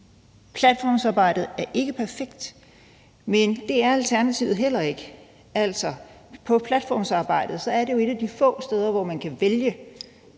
Platformsarbejdet er ikke perfekt, men det er alternativet heller ikke. Altså, platformsarbejde er jo et af de få steder, hvor man kan vælge,